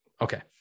Okay